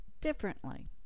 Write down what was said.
differently